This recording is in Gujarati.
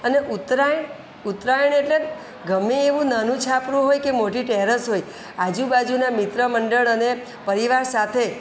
અને ઉત્તરાયણ ઉત્તરાયણ એટલે ગમે એવું નાનું છાપરું હોય કે મોટી ટેરેસ હોય આજુબાજુનાં મિત્રમંડળ અને પરિવાર સાથે